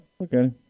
Okay